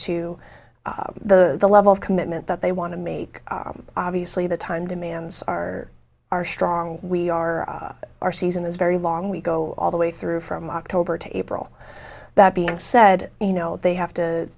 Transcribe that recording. to the level of commitment that they want to make obviously the time demands are are strong we are our season is very long we go all the way through from october to april that being said you know they have to